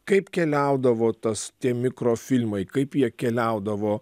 kaip keliaudavo tas tie mikrofilmai kaip jie keliaudavo